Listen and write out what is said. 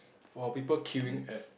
for people queuing at